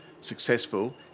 successful